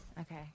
Okay